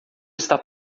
está